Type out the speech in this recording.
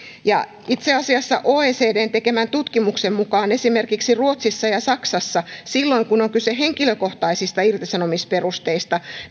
itse asiassa oecdn tekemän tutkimuksen mukaan esimerkiksi ruotsissa ja saksassa silloin kun on kyse henkilökohtaisista irtisanomisperusteista